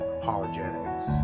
apologetics